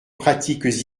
pratiques